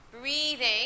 Breathing